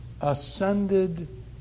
ascended